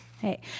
Hey